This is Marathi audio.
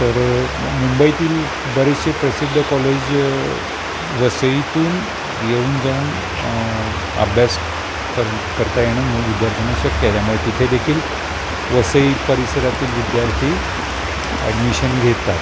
तर मुंबईतील बरेचशे प्रसिद्ध कॉलेज वसईतून येऊन जाऊन अभ्यास करता येणं म विद्यार्थ्यांना शक्य त्यामुळे तिथेदेखील वसई परिसरातील विद्यार्थी ॲडमिशन घेतात